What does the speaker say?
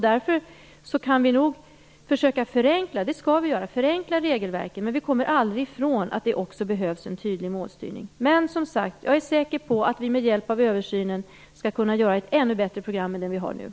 Därför skall vi försöka förenkla regelverken, men vi kommer aldrig ifrån att det också behövs en tydlig målstyrning. Jag är som sagt säker på att vi med hjälp av översynen skall kunna få ett ännu bättre program än det nuvarande.